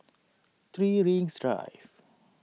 three Rings Drive